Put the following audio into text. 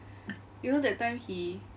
you know that time he